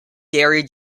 derry